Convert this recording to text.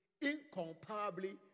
incomparably